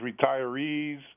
retirees